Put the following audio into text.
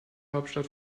hauptstadt